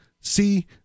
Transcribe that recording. see